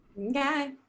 okay